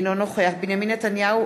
אינו נוכח בנימין נתניהו,